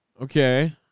okay